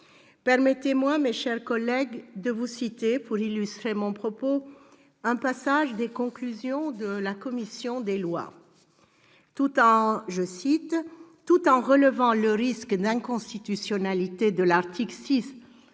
Permettez-moi, mes chers collègues, de vous citer, pour illustrer mon propos, un passage des conclusions de la commission des lois :« Tout en relevant le risque d'inconstitutionnalité de l'article 6 du